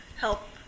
help